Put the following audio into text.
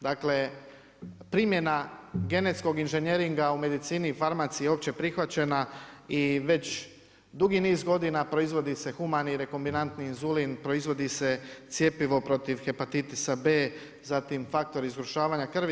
Dakle, primjena genetskog inženjeringa u medicini i farmaciji je opće prihvaćena i već dugi niz godina proizvodi se humani i rekombinantni inzulin, proizvodi se cjepivo protiv hepatitisa B, zatim faktor zgrušavanja krvi.